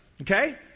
okay